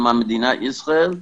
למען מדינת ישראל.